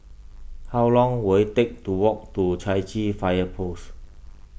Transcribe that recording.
how long will it take to walk to Chai Chee Fire Post